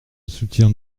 soutiens